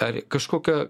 ar kažkokia